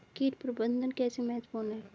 कीट प्रबंधन कैसे महत्वपूर्ण है?